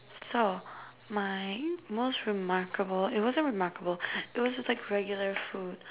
so my most remarkable it wasn't remarkable it was like regular food